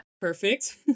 Perfect